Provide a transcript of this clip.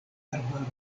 arbaroj